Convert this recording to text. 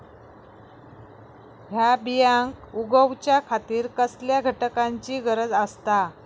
हया बियांक उगौच्या खातिर कसल्या घटकांची गरज आसता?